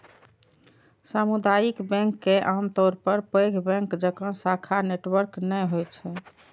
सामुदायिक बैंक के आमतौर पर पैघ बैंक जकां शाखा नेटवर्क नै होइ छै